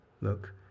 Look